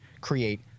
create